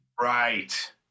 Right